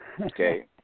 Okay